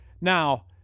now